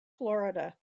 florida